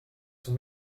son